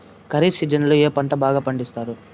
ఖరీఫ్ సీజన్లలో ఏ పంటలు బాగా పండిస్తారు